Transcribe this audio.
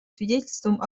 свидетельством